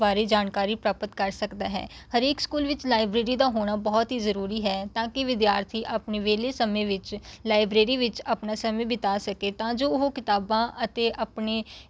ਬਾਰੇ ਜਾਣਕਾਰੀ ਪ੍ਰਾਪਤ ਕਰ ਸਕਦਾ ਹੈ ਹਰੇਕ ਸਕੂਲ ਵਿੱਚ ਲਾਇਬ੍ਰੇਰੀ ਦਾ ਹੋਣਾ ਬਹੁਤ ਹੀ ਜ਼ਰੂਰੀ ਹੈ ਤਾਂ ਕਿ ਵਿਦਿਆਰਥੀ ਆਪਣੇ ਵਿਹਲੇ ਸਮੇਂ ਵਿੱਚ ਲਾਇਬ੍ਰੇਰੀ ਵਿੱਚ ਆਪਣਾ ਸਮਾਂ ਬਿਤਾ ਸਕੇ ਤਾਂ ਜੋ ਉਹ ਕਿਤਾਬਾਂ ਅਤੇ ਆਪਣੇ